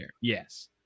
yes